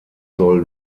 soll